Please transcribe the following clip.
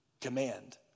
command